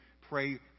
pray